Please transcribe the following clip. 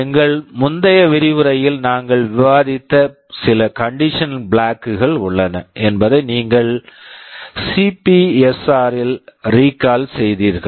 எங்கள் முந்தைய விரிவுரையில் நாங்கள் விவாதித்த சில கண்டிஷன் பிளாக்ஸ் condition flags கள் உள்ளன என்பதை நீங்கள் சிபிஎஸ்ஆர் CPSR ல் ரீக்கால் recall செய்தீர்கள்